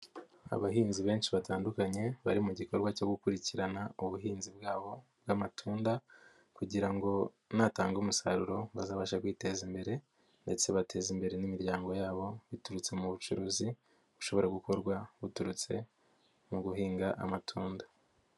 Abahinzi benshi batandukanye bari mu gikorwa cyo gukurikirana ubuhinzi bwabo bw'amatunda, kugira ngo natanga umusaruro ngo bazabashe kwiteza imbere ndetse bateze imbere n'imiryango yabo biturutse mu bucuruzi, bushobora gukorwa buturutse mu guhinga amatunda.